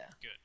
Good